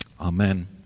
Amen